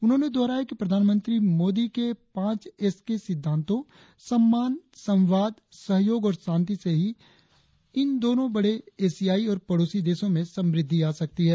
उन्होंने दोहराया कि प्रधानमंत्री मोदी के पांच एस के सिद्धांतो सम्मान संवाद सहयोग और शांति से ही इन दोनों बड़े एशियायी और पड़ोसी देशों में समृद्धि आ सकती है